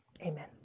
amen